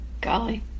golly